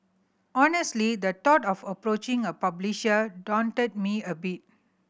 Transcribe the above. honestly the thought of approaching a publisher daunted me a bit